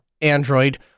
Android